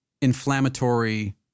inflammatory